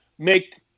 make